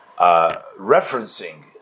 referencing